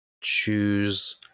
choose